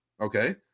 okay